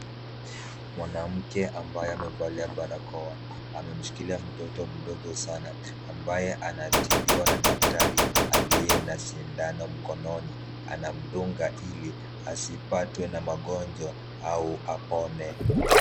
Mwanamke ambaye amevalia barakoa amemshikilia mtoto mdogo sana ambaye anatibiwa na daktari aliye na sindano mkononi, anamdunga ili asipatwe magonjwa au apone.